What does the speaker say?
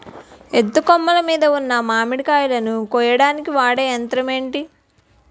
ఎత్తు కొమ్మలు మీద ఉన్న మామిడికాయలును కోయడానికి వాడే యంత్రం ఎంటి?